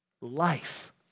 Life